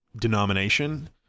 denomination